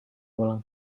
ulang